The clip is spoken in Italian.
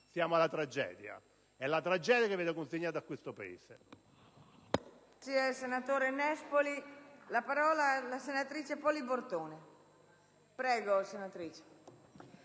Siamo alla tragedia ed è la tragedia che viene consegnata al Paese.